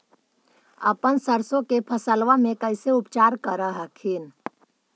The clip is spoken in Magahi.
अपन सरसो के फसल्बा मे कैसे उपचार कर हखिन?